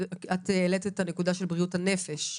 העלית את הנקודה של בריאות הנפש,